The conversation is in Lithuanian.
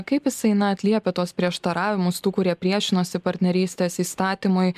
kaip jisai na atliepia tuos prieštaravimus tų kurie priešinosi partnerystės įstatymui